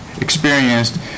experienced